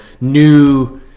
new